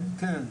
כן.